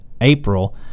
April